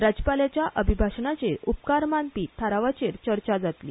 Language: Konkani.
राज्यपालांच्या अभिभाशणाचेर उपकार मानपी थारावाचेर चर्चा जातली